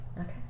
Okay